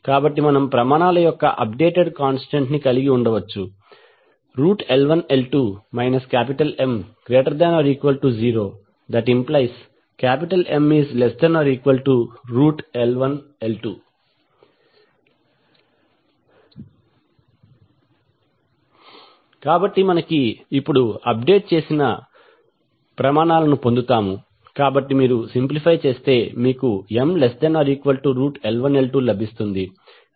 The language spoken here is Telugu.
కాబట్టి మనం ప్రమాణాల యొక్క అప్ డేటెడ్ కాంస్టెంట్ ని కలిగి ఉండవచ్చు L1L2 M≥0⇒M≤L1L2 కాబట్టి మనకి ఇప్పుడు అప్ డేట్ చేయబడిన ప్రమాణాలను పొందుతాము కాబట్టి మీరు సింప్లిఫై చేస్తే మీకు M≤L1L2 లభిస్తుంది